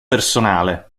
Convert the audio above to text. personale